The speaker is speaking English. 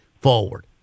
forward